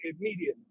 immediately